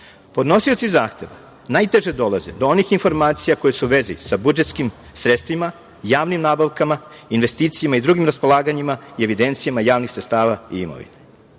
itd. Podnosioci zahteva najteže dolaze do onih informacija koje su u vezi sa budžetskim sredstvima, javnim nabavkama, investicijama i drugim raspolaganjima i evidencijama javnih sredstava i imovine.